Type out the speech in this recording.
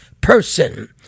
person